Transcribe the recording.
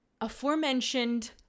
aforementioned